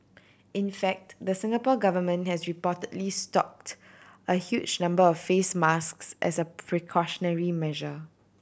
in fact the Singapore Government has reportedly stocked a huge number of face masks as a precautionary measure